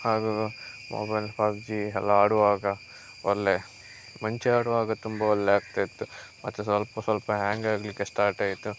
ಹಾಗು mobile PUBG ಎಲ್ಲ ಆಡುವಾಗ ಒಳ್ಳೆ ಮುಂಚೆ ಆಡುವಾಗ ತುಂಬ ಒಳ್ಳೆ ಆಗ್ತಾಯಿತ್ತು ಮತ್ತೆ ಸ್ವಲ್ಪ ಸ್ವಲ್ಪ ಹ್ಯಾಂಗ್ ಆಗಲಿಕ್ಕೆ ಸ್ಟಾರ್ಟ್ ಆಯಿತು